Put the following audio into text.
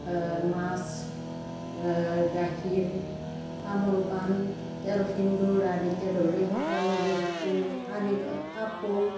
মাছ গাখীৰ তামোল পাণ তেল সেন্দূৰ আদিকে ধৰি সকলো বস্তু কানি কাপোৰ